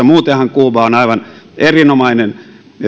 muutenhan kuuba on aivan erinomainen